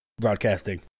broadcasting